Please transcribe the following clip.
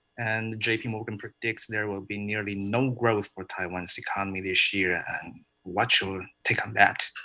and jp morgan predicts there will be nearly no growth for taiwan's economy this year. and what's your take on that?